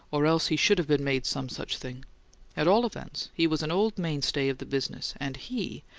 or else he should have been made some such thing at all events, he was an old mainstay of the business and he,